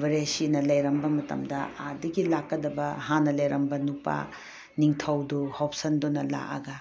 ꯕ꯭ꯔꯦꯁꯤꯅ ꯂꯩꯔꯝꯕ ꯃꯇꯝꯗ ꯑꯥꯗꯒꯤ ꯂꯥꯛꯀꯗꯕ ꯍꯥꯟꯅ ꯂꯩꯔꯝꯕ ꯅꯨꯄꯥ ꯅꯤꯡꯊꯧꯗꯨ ꯍꯣꯞꯁꯟꯗꯨꯅ ꯂꯥꯛꯑꯒ